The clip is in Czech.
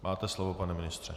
Máte slovo, pane ministře.